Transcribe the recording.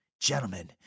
Gentlemen